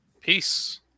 Peace